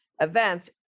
events